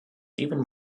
even